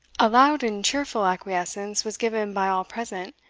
a loud and cheerful acquiescence was given by all present,